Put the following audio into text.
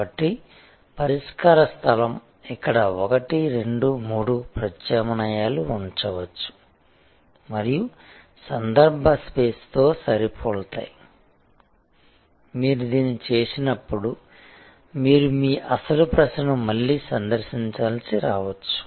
కాబట్టి పరిష్కార స్థలం ఇక్కడ 1 2 3 ప్రత్యామ్నాయాలు ఉండవచ్చు మరియు సందర్భ స్పేస్తో సరిపోలుతాయి మీరు దీన్ని చేసినప్పుడు మీరు మీ అసలు ప్రశ్నను మళ్లీ సందర్శించాల్సి రావచ్చు